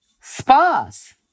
Spas